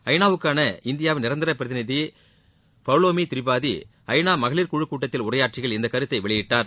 ஐ நா வுக்கான இந்தியாவின் நிரந்தர பிரதிநிதி பௌலோமி திரிபாதி ஐ நா மகளிர் குழுக் கூட்டத்தில் உரையாற்றுகையில் இந்த கருத்தை வெளியிட்டார்